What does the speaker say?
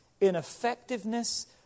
ineffectiveness